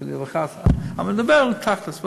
חלילה וחס, אבל אני מדבר על תכל'ס.